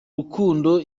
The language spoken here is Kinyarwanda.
rukundo